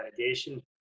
validation